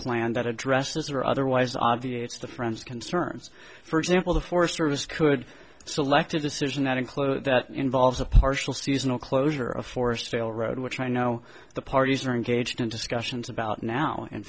plan that addresses or otherwise obviates the friend's concerns for example the forest service could select a decision that include that involves a partial seasonal closure of forestdale road which i know the parties are engaged in discussions about now in